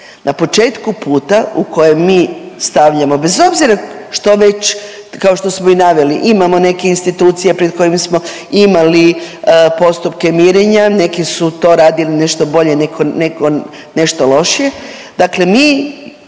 Na početku puta u kojem mi stavljamo bez obzira što već kao što smo i naveli imamo neke institucije pred kojim smo imali postupke mirenja. Neki su to radili nešto bolje, neko nešto lošije. Dakle, mi,